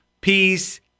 peace